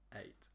eight